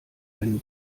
einen